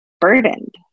burdened